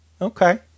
Okay